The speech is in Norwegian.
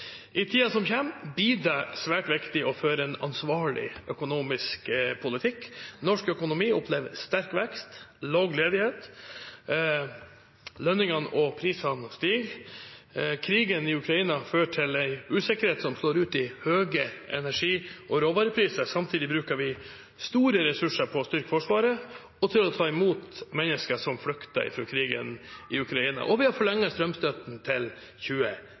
I tiden som kommer, blir det svært viktig å føre en ansvarlig økonomisk politikk. Norsk økonomi opplever sterk vekst og lav ledighet, lønningene og prisene stiger. Krigen i Ukraina fører til en usikkerhet som slår ut i høye energi- og råvarepriser. Samtidig bruker vi store ressurser på å styrke forsvaret og til å ta imot mennesker som flykter fra krigen i Ukraina, og vi har forlenget strømstøtten til